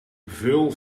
veel